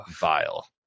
Vile